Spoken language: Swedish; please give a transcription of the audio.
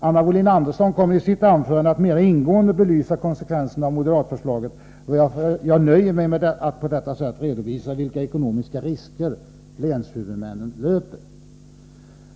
Anna Wohlin-Andersson kommer i sitt anförande att mera ingående belysa konsekvenserna av detta moderatförslag, varför jag nöjer mig med att på detta sätt redovisa vilka ekonomiska risker länshuvudmännen löper.